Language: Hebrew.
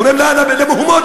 גורם למהומות,